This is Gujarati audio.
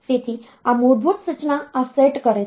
તેથી આ મૂળભૂત સૂચના આ સેટ કરે છે